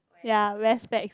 ya wear specs